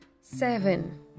seven